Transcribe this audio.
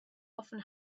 often